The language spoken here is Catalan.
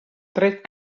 tret